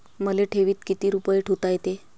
मले ठेवीत किती रुपये ठुता येते?